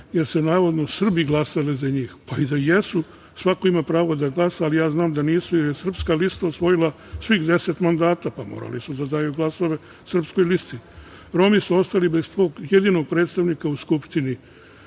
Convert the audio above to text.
jer su navodno Srbi glasali za njih. Pa, i da jesu, svako ima pravo da glasa, ali ja znam da nisu, jer je srpska lista osvojila svih deset mandata. Morali su da daju glasove srpskoj listi. Romi su ostali bez svog jedinog predstavnika u